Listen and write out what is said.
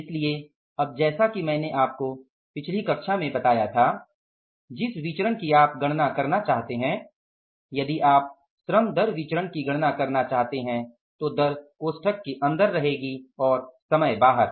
इसलिए अब जैसा कि मैंने आपको पिछली कक्षा में बताया था जिस विचरण की आप गणना करना चाहते हैं यदि आप श्रम दर विचरण की गणना करना चाहते हैं तो दर कोष्ठक के अंदर रहेगी और समय बाहर